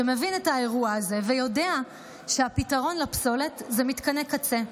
שמבין את האירוע הזה ויודע שהפתרון לפסולת זה מתקני קצה.